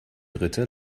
dritte